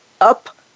up